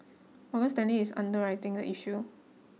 Morgan Stanley is underwriting the issue